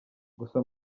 gusa